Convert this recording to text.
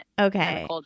Okay